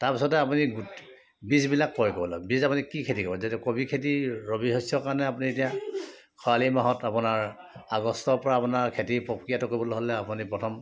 তাৰপিছতে আপুনি বীজবিলাক ক্ৰয় কৰি লওক বীজ আপুনি কি খেতি কৰিব যদি কবি খেতি ৰবি শস্য কাৰণে আপুনি এতিয়া খৰালি মাহত আপোনাৰ আগষ্টৰ পৰা আপোনাৰ খেতি প্ৰক্ৰিয়াটো কৰিবলৈ হ'লে আপুনি প্ৰথম